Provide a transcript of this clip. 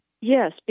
Yes